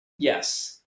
Yes